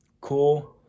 cool